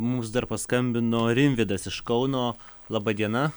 mums dar paskambino rimvydas iš kauno laba diena